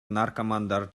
наркомандар